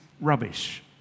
rubbish